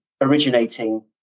originating